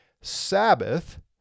Sabbath